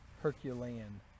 Herculean